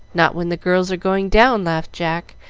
not when the girls are going down, laughed jack,